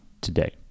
today